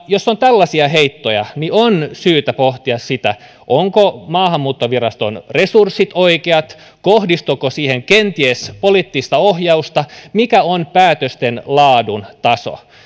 jos on tällaisia heittoja on syytä pohtia sitä ovatko maahanmuuttoviraston resurssit oikeat kohdistuuko siihen kenties poliittista ohjausta mikä on päätösten laadun taso